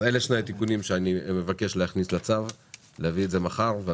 אלה שני התיקונים שאני מבקש להכניס לצו ולהביא אותם מחר.